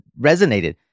resonated